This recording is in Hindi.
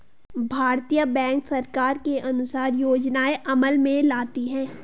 भारतीय बैंक सरकार के अनुसार योजनाएं अमल में लाती है